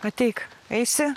ateik eisi